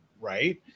right